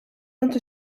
not